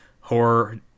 horror